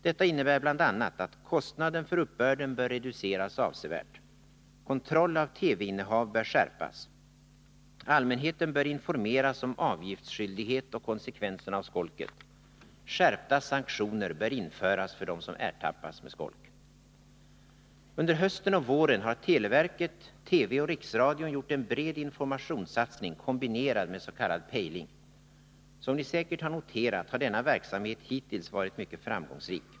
Detta innebär bl.a. att 1. kostnaden för uppbörden bör reduceras avsevärt, 2. kontroll av TV-innehav bör skärpas, 3. allmänheten bör informeras om avgiftsskyldighet och konsekvenserna av skolket, och 4. skärpta sanktioner bör införas för dem som ertappas med skolk. Under hösten och våren har televerket, televisionen och riksradion gjort en bred informationssatsning, kombinerad med s.k. pejling. Som ni säkert har noterat har denna verksamhet hittills varit mycket framgångsrik.